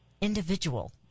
individual